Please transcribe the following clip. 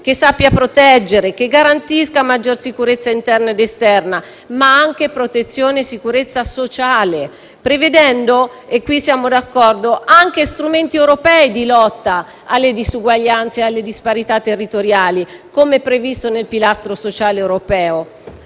che sappia proteggere, che garantisca maggior sicurezza interna ed esterna, ma anche protezione e sicurezza sociale, prevedendo - e su questo siamo d'accordo - anche strumenti europei di lotta alle disuguaglianze e alle disparità territoriali, come previsto nel pilastro sociale europeo.